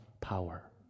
power